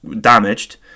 damaged